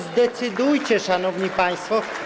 Zdecydujcie się, szanowni państwo.